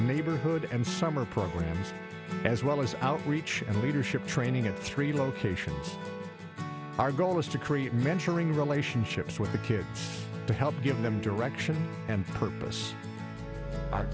neighborhood and summer programs as well as outreach and leadership training at three locations our goal is to create mentoring relationships with the kids to help give them direction and purpose